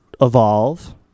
evolve